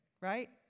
right